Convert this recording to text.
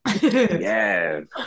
Yes